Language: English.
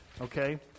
Okay